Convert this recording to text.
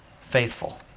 faithful